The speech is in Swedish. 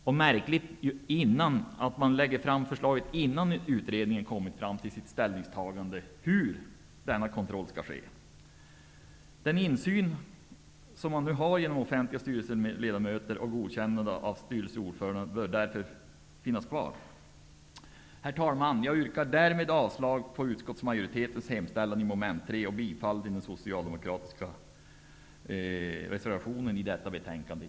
Det är märkligt att förslag läggs fram innan utredningen har kommit fram till sitt ställningstagande angående hur denna kontroll skall ske. Den insyn som man har genom offentliga företrädare i styrelser och godkännande av styrelseordföranden bör därför finnas kvar. Herr talman! Jag yrkar därmed avslag på utskottsmajoritetens hemställan i mom. 3 och bifall till den socialdemokratiska reservationen i detta betänkande.